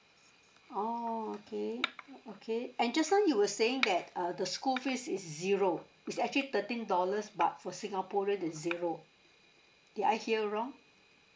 oh okay okay and just now you were saying that uh the school fees is zero it's actually thirteen dollars but for singaporean it's zero did I hear wrong